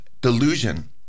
delusion